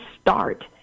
start